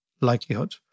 likelihood